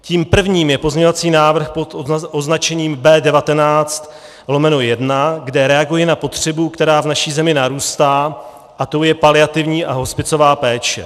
Tím prvním je pozměňovací návrh pod označením B19/1, kde reaguji na potřebu, která v naší zemi narůstá, a tou je paliativní a hospicová péče.